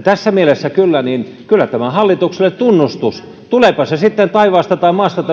tässä mielessä kyllä tämä on hallitukselle tunnustus tuleepa talouskasvu sitten taivaasta tai maasta